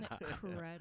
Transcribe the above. Incredible